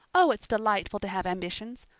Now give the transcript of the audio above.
oh, it's delightful to have ambitions.